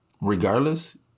regardless